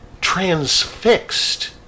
transfixed